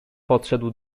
podszedł